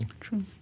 True